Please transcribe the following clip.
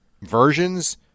versions